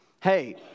hey